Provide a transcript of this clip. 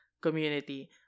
community